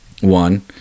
One